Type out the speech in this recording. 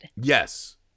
Yes